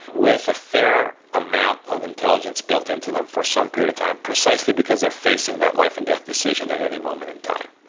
with a fair amount of intelligence built into them for some period of time precisely because they're facing that life-and-death decision at any moment in time.